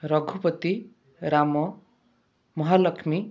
Raghupati Ram Mahalakshmi